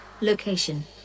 Location